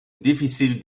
difficile